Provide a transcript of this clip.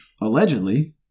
Allegedly